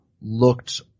looked